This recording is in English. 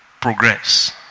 progress